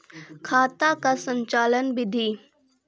खाता का संचालन बिधि?